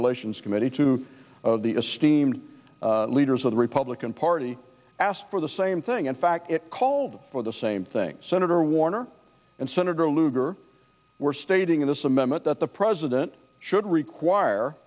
relations committee to the esteem leaders of the republican party asked for the same thing in fact it called for the same thing senator warner and senator lugar were stating in this amendment that the president should require